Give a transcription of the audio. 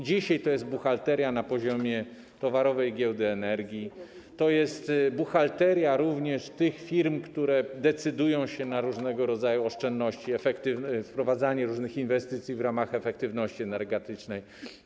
Dzisiaj to jest buchalteria na poziomie towarowej giełdy energii, to jest buchalteria również tych firm, które decydują się na różnego rodzaju oszczędności, wprowadzanie różnych inwestycji w ramach efektywności energetycznej.